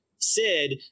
Sid